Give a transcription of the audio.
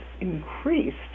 increased